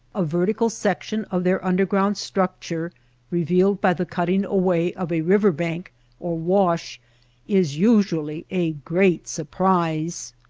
a vertical section of their underground structure revealed by the cutting away of a river bank or wash is usually a great surprise.